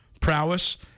prowess